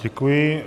Děkuji.